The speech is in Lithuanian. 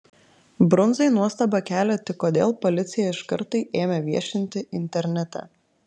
brundzai nuostabą kelia tik kodėl policija iškart tai ėmė viešinti internete